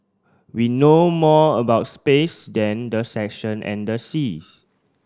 we know more about space than the section and the seas